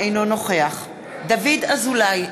אינו נוכח דוד אזולאי,